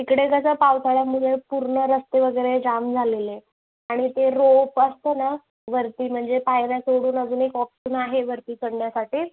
इकडे कसं पावसाळ्यामध्ये पूर्ण रस्ते वगैरे जाम झालेले आणि ते रोप असतं ना वरती म्हणजे पायऱ्या सोडून अजून एक ऑप्शन आहे वरती चढण्यासाठी